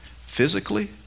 physically